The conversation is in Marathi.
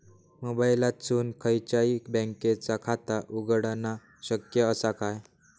मोबाईलातसून खयच्याई बँकेचा खाता उघडणा शक्य असा काय?